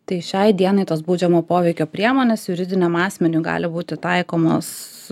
tai šiai dienai tos baudžiamo poveikio priemonės juridiniam asmeniui gali būti taikomos